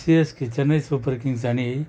CSK Chennai super kings அணி